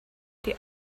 die